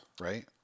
right